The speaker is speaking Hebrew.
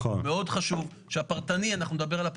אז אם אתה מרגיש שצריך לתת לאבי שנסיים עוד שלוש דקות אני אתן לו,